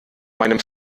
meinem